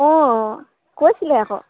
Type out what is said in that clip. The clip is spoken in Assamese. অঁ কৈছিলে আকৌ